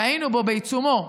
שהיינו בעיצומו,